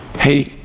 Hey